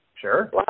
Sure